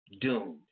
doomed